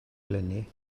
eleni